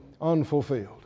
unfulfilled